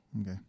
Okay